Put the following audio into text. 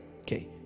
okay